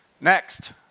Next